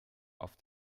auf